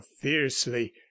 fiercely